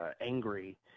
angry